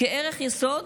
ערך יסוד